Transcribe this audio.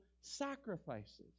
sacrifices